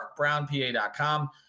markbrownpa.com